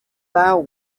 vow